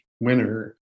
winner